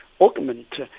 augment